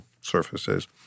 surfaces